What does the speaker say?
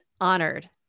honored